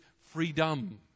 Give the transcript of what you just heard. freedom